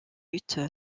lutte